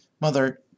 Mother